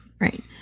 right